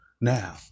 Now